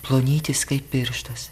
plonytis kaip pirštas